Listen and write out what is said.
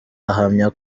ahamya